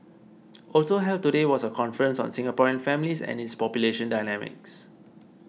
also held today was a conference on Singaporean families and its population dynamics